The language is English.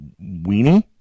weenie